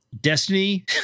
Destiny